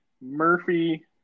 Murphy